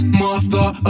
mother